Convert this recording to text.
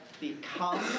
become